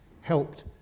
helped